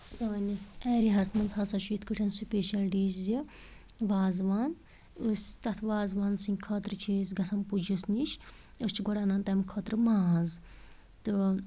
سٲنِس ایریا ہَس مَنٛز ہَسا چھِ یِتھ کٲٹھۍ سپیشل ڈِش یہِ وازٕوان أسۍ تتھ وازٕوان سٕنٛدۍ خٲطرٕ چھِ أسۍ گَژھان پُجِس نِش أسۍ چھِ گۄڈٕ انان تَمہِ خٲطرٕ ماز تہٕ